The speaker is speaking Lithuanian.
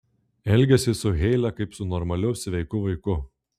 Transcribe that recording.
elgiasi su heile kaip su normaliu sveiku vaiku